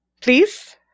Please